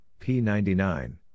P99